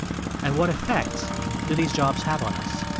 and what effects do these jobs have on us?